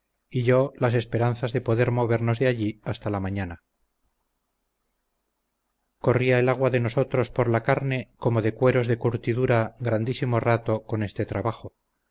y yo las esperanzas de poder movernos de allí hasta la mañana corría el agua de nosotros por la carne como de cueros de curtidura grandísimo rato con este trabajo